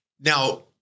Now